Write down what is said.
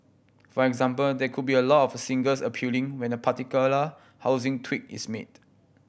for example there could be a lot of singles appealing when a particular housing tweak is made